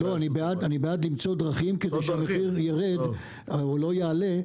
אני בעד למצוא דרכים כדי שהמחיר יירד או לא יעלה,